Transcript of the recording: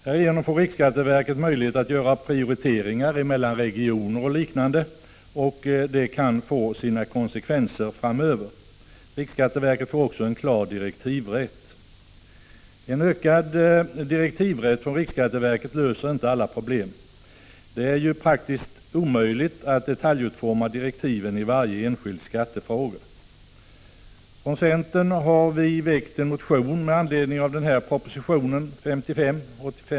Härigenom får riksskatteverket möjlighet att göra prioriteringar mellan regionerna, och det kan få konsekvenser framöver. Riksskatteverket får också en klar direktivrätt. En ökad direktivrätt för riksskatteverket löser inte alla problem. Det är praktiskt omöjligt att detaljutforma direktiven i varje enskild skattefråga. Från centern har vi väckt en motion med anledning av proposition 55.